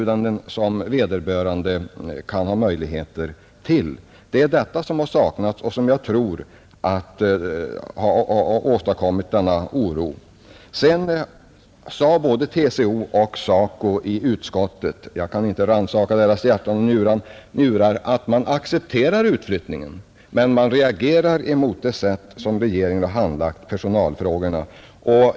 Det är sådan information som saknats, och jag tror att det är detta som har åstadkommit oron, Både TCO och SACO har sagt i utskottet — jag kan inte rannsaka deras hjärtan och njurar — att man accepterar utflyttningen men att man reagerar mot det sätt på vilket regeringen har handlagt personalfrågorna.